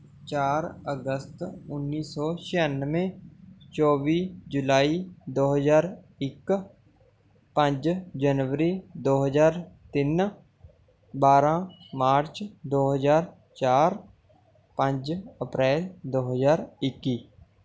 ਚਾਰ ਅਗਸਤ ਉੱਨੀ ਸੋ ਛਿਆਨਵੇਂ ਚੌਵੀ ਜੁਲਾਈ ਦੋ ਹਜ਼ਾਰ ਇੱਕ ਪੰਜ ਜਨਵਰੀ ਦੋ ਹਜ਼ਾਰ ਤਿੰਨ ਬਾਰ੍ਹਾਂ ਮਾਰਚ ਦੋ ਹਜ਼ਾਰ ਚਾਰ ਪੰਜ ਅਪ੍ਰੈਲ ਦੋ ਹਜ਼ਾਰ ਇੱਕੀ